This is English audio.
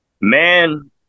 Man